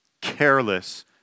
careless